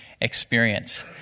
experience